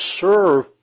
serve